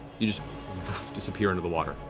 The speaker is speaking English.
you disappear into the water.